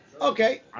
okay